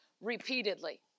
repeatedly